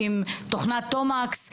עם תוכנת תומקס,